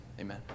Amen